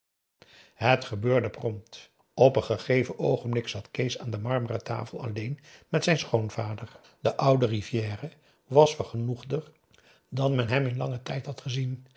het gebeurde prompt op een gegeven oogenblik zat kees aan de marmeren tafel alleen met zijn schoonvader de oude rivière was vergenoegder dan men hem in langen tijd had gezien